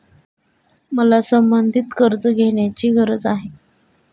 मला संबंधित कर्ज घेण्याची गरज आहे